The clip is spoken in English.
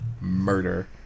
murder